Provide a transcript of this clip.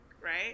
right